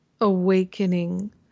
awakening